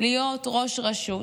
להיות ראש רשות,